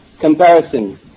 comparison